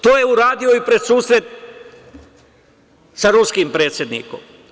To je uradio i pred susret sa ruskim predsednikom.